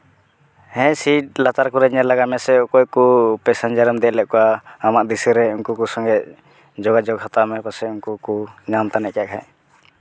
ᱦᱮᱸ ᱥᱤᱴ ᱞᱟᱛᱟᱨ ᱠᱚᱨᱮᱫ ᱧᱮᱞ ᱞᱟᱜᱟᱭ ᱢᱮᱥᱮ ᱚᱠᱚᱭ ᱠᱚ ᱯᱮᱥᱮᱧᱡᱟᱨᱮᱢ ᱫᱮᱡ ᱞᱮᱫ ᱠᱚᱣᱟ ᱟᱢᱟᱜ ᱫᱤᱥᱟᱹ ᱨᱮ ᱩᱱᱠᱩ ᱠᱚ ᱥᱚᱸᱜᱮ ᱡᱳᱜᱟᱡᱳᱜ ᱦᱟᱛᱟᱣ ᱢᱮ ᱯᱟᱥᱮᱡ ᱩᱱᱠᱩ ᱠᱚ ᱧᱟᱢ ᱛᱟᱱᱤᱡ ᱠᱟᱜ ᱠᱷᱟᱡ